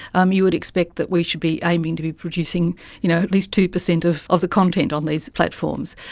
um you would expect that we should be aiming to be producing you know at least two percent of of the content on these platforms.